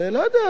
ולא יודע,